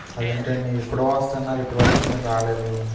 అదేంటండి ఎప్పుడో వస్తారన్నారు ఇప్పటి మీరు వరకూ రాలేదు